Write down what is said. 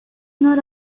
not